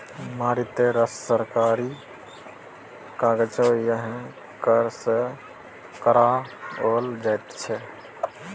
मारिते रास सरकारी काजकेँ यैह कर सँ कराओल जाइत छै